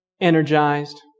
energized